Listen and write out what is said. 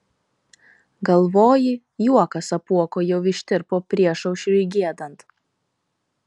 galvoji juokas apuoko jau ištirpo priešaušriui giedant